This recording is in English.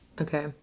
Okay